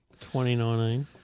2019